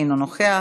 אינו נוכח,